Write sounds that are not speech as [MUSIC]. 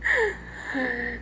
[LAUGHS]